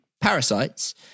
Parasites